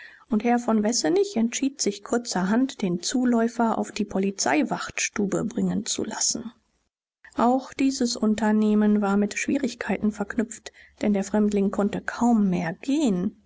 und herr von wessenig entschied sich kurzerhand den zuläufer auf die polizeiwachtstube bringen zu lassen auch dieses unternehmen war mit schwierigkeiten verknüpft denn der fremdling konnte kaum mehr gehen